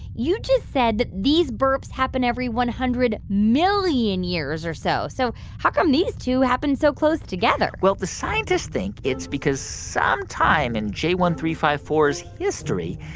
you just said that these burps happen every one hundred million years or so. so how come these two happened so close together? well, the scientists think it's because sometime in j one three five four zero s history,